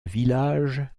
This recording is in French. village